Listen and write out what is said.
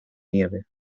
nieve